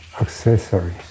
accessories